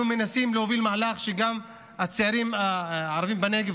אנחנו מנסים להוביל מהלך שגם הצעירים הערבים בנגב,